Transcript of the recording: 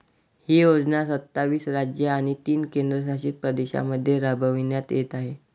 ही योजना सत्तावीस राज्ये आणि तीन केंद्रशासित प्रदेशांमध्ये राबविण्यात येत आहे